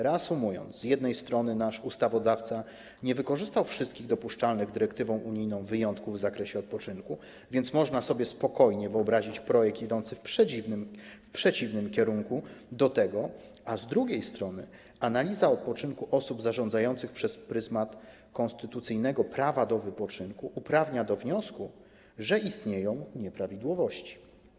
Reasumując, z jednej strony nasz ustawodawca nie wykorzystał wszystkich dopuszczalnych dyrektywą unijną wyjątków w zakresie odpoczynku, więc można sobie spokojnie wyobrazić projekt idący w kierunku przeciwnym do tego, a z drugiej strony analiza odpoczynku osób zarządzających przez pryzmat konstytucyjnego prawa do wypoczynku uprawnia do wniosku, że istnieją nieprawidłowości.